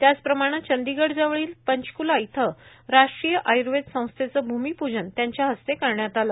त्याचप्रमाणं चंदीगड जवळील पंचक्ला इथं राष्ट्रीय आय्र्वेद संस्थेचं भूमीपूजन पंतप्रधानांच्या हस्ते करण्यात आलं